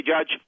Judge